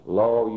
law